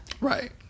Right